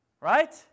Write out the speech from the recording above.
right